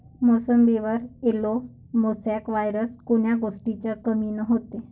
मोसंबीवर yellow mosaic virus कोन्या गोष्टीच्या कमीनं होते?